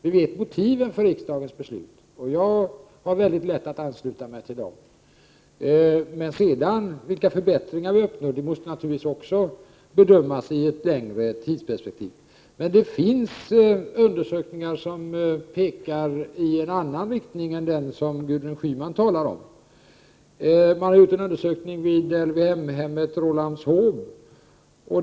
Vi känner till motiven för riksdagens beslut, och jag har mycket lätt att ansluta mig till dessa. Vilka förbättringar vi kan uppnå måste alltså bedömas i ett längre tidsperspektiv. 105 Det finns undersökningar som pekar i en annan riktning än den som Gudrun Schyman talar om. Man har gjort en undersökning vid LVM hemmet i Rålambshov.